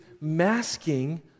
masking